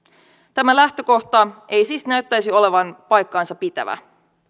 tämä lähtökohta ei siis näyttäisi olevan paikkaansa pitävä